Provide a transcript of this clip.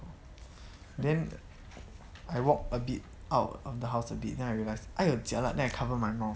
then I walk a bit out of the house a bit then I realised !aiyo! jialat then cover my mouth